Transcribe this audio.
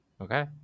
okay